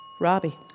Robbie